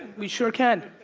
we sure can.